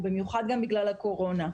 במיוחד בגלל הקורונה,